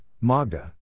Magda